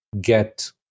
get